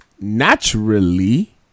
naturally